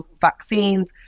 vaccines